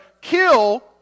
kill